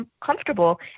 comfortable